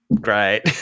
great